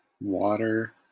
Water